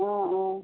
অ' অ'